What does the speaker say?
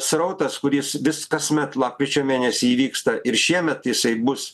srautas kuris vis kasmet lapkričio mėnesį įvyksta ir šiemet jisai bus